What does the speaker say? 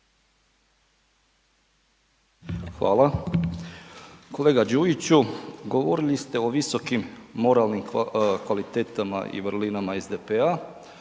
Hvala. Kolega Đujiću, govorili ste o visokim moralnim kvalitetama i vrlinama SDP-a,